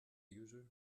user